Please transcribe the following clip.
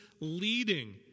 leading